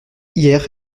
hier